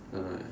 don't know eh